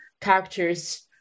characters